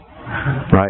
Right